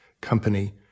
company